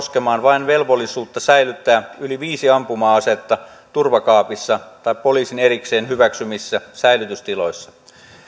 koskemaan vain velvollisuutta säilyttää yli viisi ampuma asetta turvakaapissa tai poliisin erikseen hyväksymissä säilytystiloissa